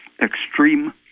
extreme